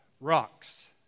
rocks